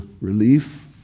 relief